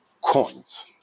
coins